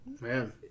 Man